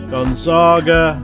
Gonzaga